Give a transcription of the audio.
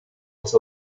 los